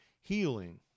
healing